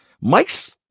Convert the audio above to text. Mike's